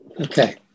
Okay